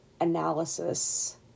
analysis